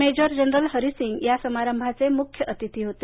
major general Harisingh या समारंभाचे मुख्य अतिथी होते